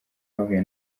bahuye